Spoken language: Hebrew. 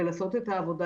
ולעשות את העבודה